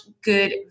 good